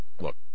look